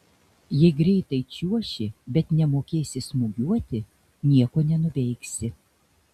jei greitai čiuoši bet nemokėsi smūgiuoti nieko nenuveiksi